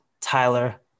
Tyler